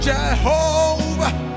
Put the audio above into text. Jehovah